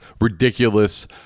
ridiculous